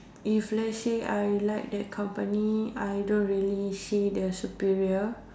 if let's say I would like the company I don't really see the superior